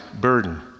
burden